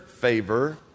favor